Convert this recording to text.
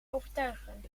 overtuigen